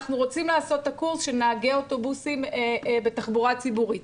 אנחנו רוצים לעשות את הקורס של נהגי אוטובוסים בתחבורה ציבורית,